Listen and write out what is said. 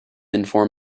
inform